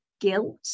guilt